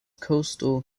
coastal